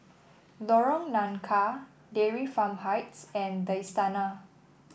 Lorong Nangka Dairy Farm Heights and the Istana